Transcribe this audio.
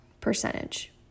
percentage